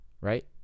right